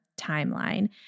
timeline